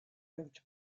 lived